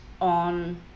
on